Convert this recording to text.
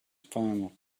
final